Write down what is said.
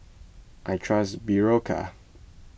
I trust Berocca